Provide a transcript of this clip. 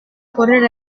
correre